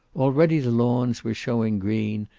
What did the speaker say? already the lawns were showing green,